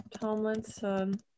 tomlinson